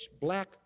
black